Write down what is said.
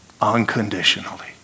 unconditionally